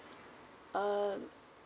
um